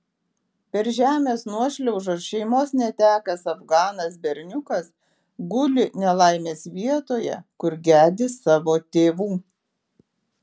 per žemės nuošliaužą šeimos netekęs afganas berniukas guli nelaimės vietoje kur gedi savo tėvų